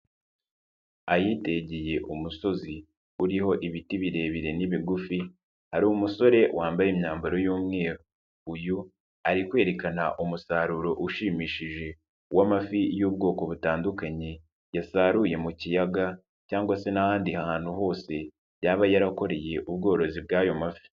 Ahitegeye umusozi uriho ibiti birebire n'ibigufi, hari umusore wambaye imyambaro y'umweru, uyu ari kwerekana umusaruro ushimishije w'amafi y'ubwoko butandukanye, yasaruye mu kiyaga cyangwa se n'ahandi hantu hose yaba yarakoreye ubworozi bw'ayo mafi.